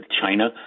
China